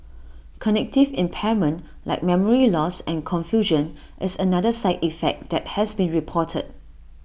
cognitive impairment like memory loss and confusion is another side effect that has been reported